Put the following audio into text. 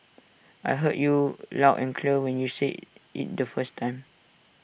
I heard you loud and clear when you said IT the first time